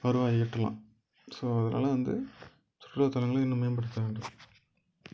வருவாயை ஈட்டலாம் ஸோ அதனால் வந்து சுற்றுலாத்தலங்களை இன்னும் மேம்படுத்த வேண்டும்